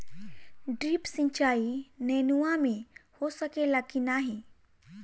Drip सिंचाई नेनुआ में हो सकेला की नाही?